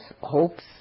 hopes